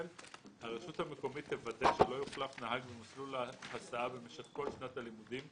הרשות המקומית תוודא שלא יוחלף נהג במסלול הסעה במשך כל שנת הלימודים,